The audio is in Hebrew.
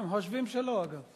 הם חושבים שלא, אגב.